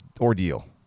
ordeal